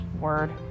Word